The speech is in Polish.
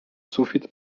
sufit